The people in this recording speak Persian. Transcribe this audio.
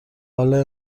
حالا